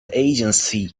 agency